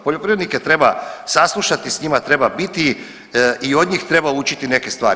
Poljoprivrednike treba saslušati, s njima treba biti i od njih treba učiti neke stvari.